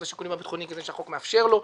השיקולים הביטחוניים כי זה מה שהחוק מאפשר לו.